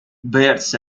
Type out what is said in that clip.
belt